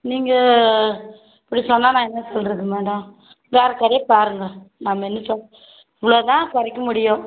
நீங்கள் இப்படி சொன்னால் நான் என்ன சொல்கிறது மேடம் வேறு கடையை பாருங்க நாம் என்ன சொல்ல இவ்வளோதான் குறைக்க முடியும்